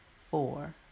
four